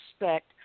respect